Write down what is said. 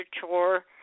chore